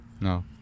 No